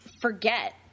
forget